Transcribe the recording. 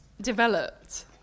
developed